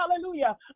Hallelujah